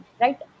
right